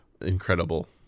incredible